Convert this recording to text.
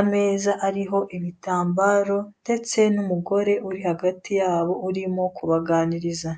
ameza ariho ibitambaro ndetse n'umugore uri hagati yabo urimo kubaganiriza.